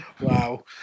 wow